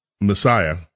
Messiah